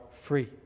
free